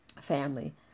family